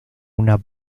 una